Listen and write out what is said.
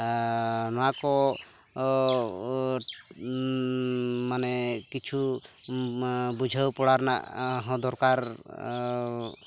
ᱱᱚᱣᱟᱠᱚ ᱢᱟᱱᱮ ᱠᱤᱪᱷᱩ ᱵᱩᱡᱷᱟᱹᱣ ᱯᱚᱲᱟ ᱨᱮᱱᱟᱜ ᱦᱚᱸ ᱫᱚᱨᱠᱟᱨ